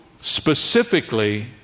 specifically